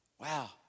Wow